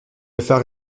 phare